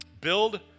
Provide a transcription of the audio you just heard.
Build